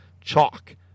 CHALK